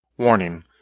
Warning